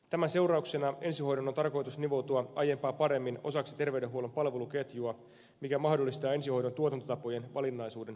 tämän seurauksena ensihoidon on tarkoitus nivoutua aiempaa paremmin osaksi terveydenhuollon palveluketjua mikä mahdollistaa ensihoidon tuotantotapojen valinnaisuuden monipuolistumisen